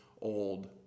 old